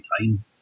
time